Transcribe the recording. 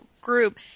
group